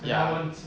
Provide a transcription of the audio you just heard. ya